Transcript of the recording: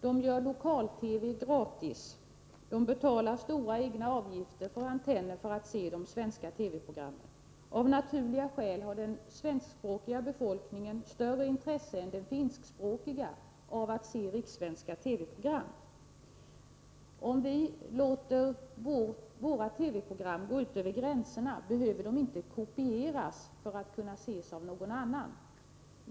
De gör lokal-TV gratis. De betalar stora egna avgifter för antenner för att se de svenska TV-programmen. Av naturliga skäl har den svenskspråkiga befolkningen större intresse än den finskspråkiga av att se rikssvenska TV program. Om vi låter våra TV-program gå ut över gränserna, behöver de inte kopieras för att kunna ses av någon annan.